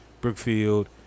Brookfield